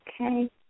Okay